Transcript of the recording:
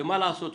ומה לעשות,